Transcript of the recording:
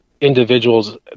individuals